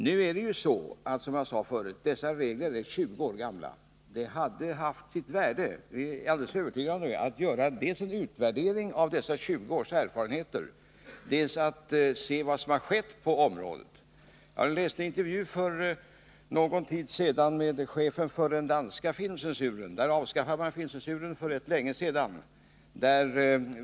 Nu är det ju så att dessa regler är 20 år gamla, som jag sade förut. Det hade haft sitt värde — vi är alldeles övertygade om det — att dels göra en utvärdering av dessa 20 års erfarenheter, dels se vad som har skett på området. Jag läste för någon tid sedan en intervju med chefen för den danska filmcensuren. I Danmark avskaffade man filmcensuren för rätt länge sedan.